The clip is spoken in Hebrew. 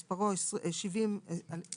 שמספרו בפנקס ההסכמים הקיבוציים 7021/2011,